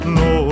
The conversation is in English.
no